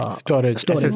storage